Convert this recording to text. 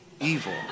Evil